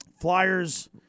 Flyers